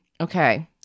Okay